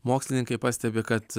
mokslininkai pastebi kad